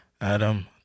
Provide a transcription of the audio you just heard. Adam